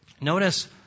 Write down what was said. Notice